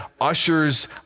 ushers